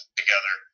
together